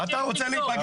תפסיק.